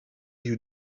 you